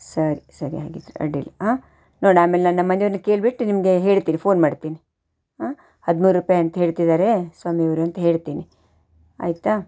ಸರಿ ಸರಿ ಹಾಗಿದ್ದರೆ ಅಡ್ಡಿಲ್ಲ ಆಂ ನೋಡ್ಣ ಆಮೇಲೆ ನಾನು ನಮ್ಮ ಮನೆಯವ್ರ್ನ ಕೇಳ್ಬಿಟ್ಟು ನಿಮಗೆ ಹೇಳ್ತೀನಿ ಫೋನ್ ಮಾಡ್ತೀನಿ ಆಂ ಹದಿಮೂರು ರೂಪಾಯಿ ಅಂತ ಹೇಳ್ತಿದ್ದಾರೆ ಸ್ವಾಮಿಯವ್ರು ಅಂತ ಹೇಳ್ತೀನಿ ಆಯಿತಾ